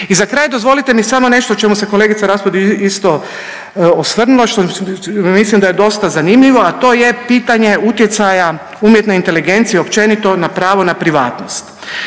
I za kraj, dozvolite mi samo nešto o čemu se kolegica Raspudić isto osvrnula što mislim da je dosta zanimljivo, a to je pitanje utjecaja umjetne inteligencije općenito na pravo na privatnost.